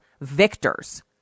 victors